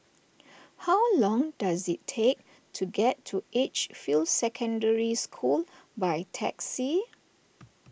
how long does it take to get to Edgefield Secondary School by taxi